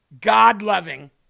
God-loving